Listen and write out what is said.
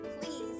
Please